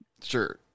Sure